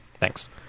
thanks